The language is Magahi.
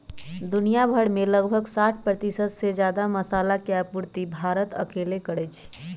दुनिया में लगभग साठ परतिशत से जादा मसाला के आपूर्ति भारत अकेले करई छई